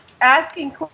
asking